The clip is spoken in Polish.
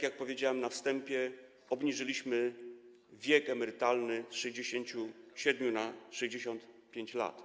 Jak powiedziałem na wstępie, obniżyliśmy wiek emerytalny z 67 lat na 65 lat.